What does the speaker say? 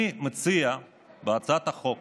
אני מציע בהצעת החוק